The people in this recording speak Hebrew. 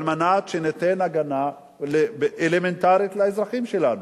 על מנת שניתן הגנה אלמנטרית לאזרחים שלנו.